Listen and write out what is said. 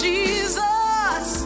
Jesus